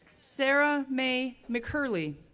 sarah mae mccurley,